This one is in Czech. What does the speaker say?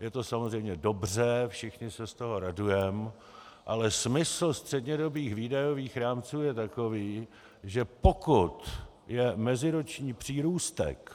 Je to samozřejmě dobře, všichni se z toho radujeme, ale smysl střednědobých výdajových rámců je takový, že pokud je meziroční přírůstek